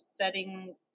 setting